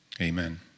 amen